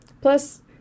plus